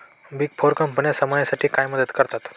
Big four कंपन्या समाजासाठी काय मदत करतात?